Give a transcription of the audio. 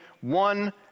one